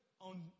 on